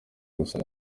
gusa